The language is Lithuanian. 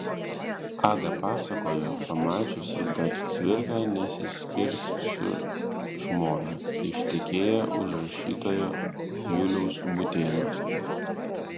ada pasakojo pamačiusi kad cvirka nesiskirs su žmona ištekėjo už rašytojo juliaus būtėno